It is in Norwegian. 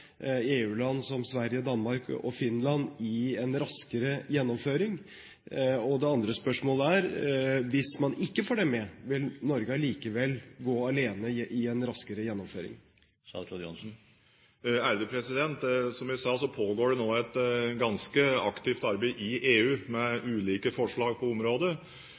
EU-land som Sverige, Danmark og Finland i en raskere gjennomføring. Det andre spørsmålet er: Hvis man ikke får dem med, vil Norge allikevel gå alene i en raskere gjennomføring? Som jeg sa, pågår det nå et ganske aktivt arbeid i EU, med ulike forslag på området.